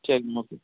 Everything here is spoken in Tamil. சரிம்மா ஓகே